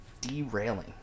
Derailing